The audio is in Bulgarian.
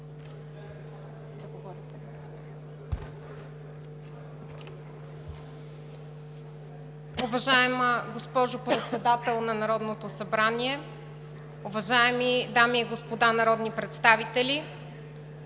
Уважаема госпожо Председател на Народното събрание, уважаеми дами и господа народни представители!